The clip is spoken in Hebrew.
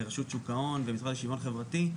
רשות שוק ההון והמשרד לשוויון חברתי.